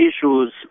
issues